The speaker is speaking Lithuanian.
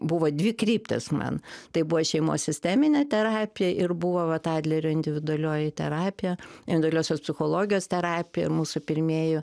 buvo dvi kryptys man tai buvo šeimos sisteminė terapija ir buvo vat adlerio individualioji terapija individualiosios psichologijos terapija ir mūsų pirmieji